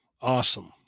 awesome